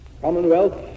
Commonwealth